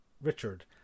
Richard